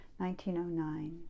1909